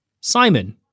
Simon